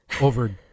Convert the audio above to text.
over